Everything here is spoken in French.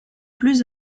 plus